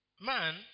man